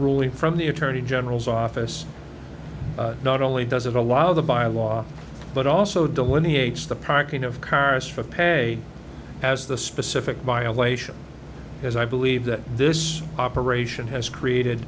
ruling from the attorney general's office not only does it allow the bylaw but also delineates the parking of cars for pay as the specific violation is i believe that this operation has created